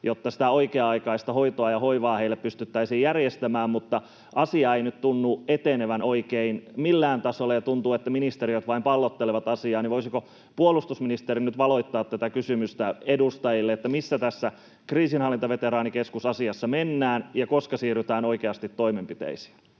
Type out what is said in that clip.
jotta sitä oikea-aikaista hoitoa ja hoivaa heille pystyttäisiin järjestämään, mutta asia ei nyt tunnu etenevän oikein millään tasolla, ja tuntuu, että ministeriöt vain pallottelevat asiaa. Voisiko puolustusministeri nyt valottaa tätä kysymystä edustajille, missä tässä kriisinhallintaveteraanikeskus-asiassa mennään ja koska siirrytään oikeasti toimenpiteisiin?